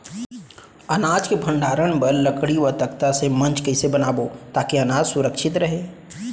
अनाज के भण्डारण बर लकड़ी व तख्ता से मंच कैसे बनाबो ताकि अनाज सुरक्षित रहे?